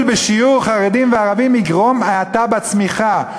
בשיעור חרדים וערבים יגרום האטה בצמיחה.